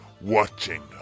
watching